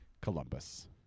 Columbus